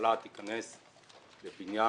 שהממשלה תיכנס לבניין,